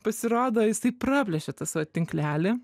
pasirodo jisai praplėšė tą savo tinklelį